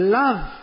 love